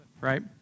right